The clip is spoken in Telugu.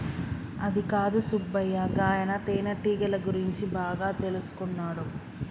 అదికాదు సుబ్బయ్య గాయన తేనెటీగల గురించి బాగా తెల్సుకున్నాడు